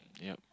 yup